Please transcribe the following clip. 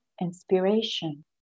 inspiration